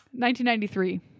1993